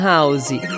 House